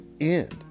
end